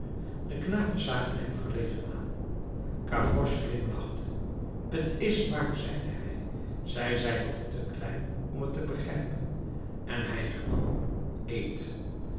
de knaapjes zagen hem verlegen aan gavroche glimlachte t is waar zeide hij zij zijn nog te klein om het te begrijpen en hij hernam eet